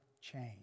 change